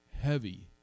heavy